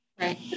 Right